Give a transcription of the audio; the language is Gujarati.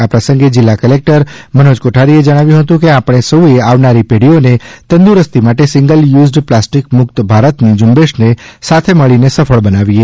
આ પ્રસંગે જિલ્લા કલેક્ટર મનોજ કોઠારીએ જણાવ્યું હતું કે આપણે સૌએ આવનારી પેઢીઓની તંદુરસ્તી માટે સીંગલ યુઝડ પ્લાસ્ટિક મુક્ત ભારત ની ઝુંબેશને સાથે મળીને સફળ બનાવીએ